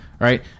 right